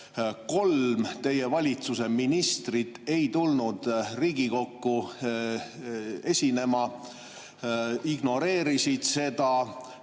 kolm teie valitsuse ministrit ei tulnud Riigikokku esinema, ignoreerisid seda,